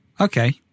Okay